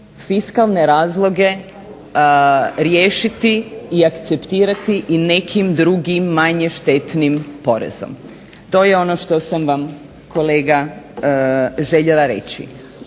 fiskalne razloge riješiti i akceptirati i nekim drugim manje štetnim porezom. To je ono što sam vam, kolega, željela reći.